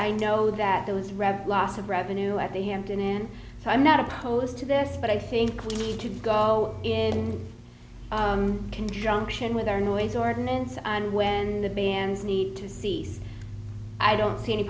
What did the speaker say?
i know that those red loss of revenue at the hampton inn i'm not opposed to this but i think we need to go in conjunction with our noise ordinance and when the bans need to seize i don't see any